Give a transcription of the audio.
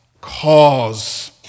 cause